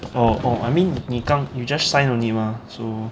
oh oh I mean 你刚 you just sign only mah so